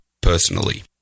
personally